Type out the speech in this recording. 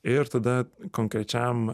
ir tada konkrečiam